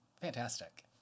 Fantastic